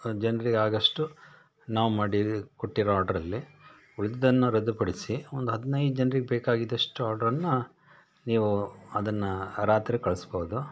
ಜನ್ರಿಗೆ ಆಗೋಷ್ಟು ನಾವು ಮಾಡಿ ಕೊಟ್ಟಿರೋ ಆರ್ಡ್ರಲ್ಲಿ ಉಳ್ದಿದ್ದನ್ನು ರದ್ದುಪಡಿಸಿ ಒಂದು ಹದಿನೈದು ಜನ್ರಿಗೆ ಬೇಕಾಗಿದಷ್ಟು ಆರ್ಡ್ರನ್ನು ನೀವು ಅದನ್ನು ರಾತ್ರಿ ಕಳಿಸ್ಬೋದು